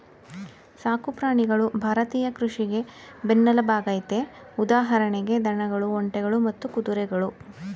ಸಾಕು ಪ್ರಾಣಿಗಳು ಭಾರತೀಯ ಕೃಷಿಗೆ ಬೆನ್ನೆಲ್ಬಾಗಯ್ತೆ ಉದಾಹರಣೆಗೆ ದನಗಳು ಒಂಟೆಗಳು ಮತ್ತೆ ಕುದುರೆಗಳು